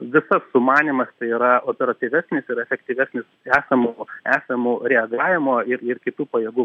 visas sumanymas tai yra operatyvesnis ir efektyvesnis esamų esamų reagavimo ir ir kitų pajėgų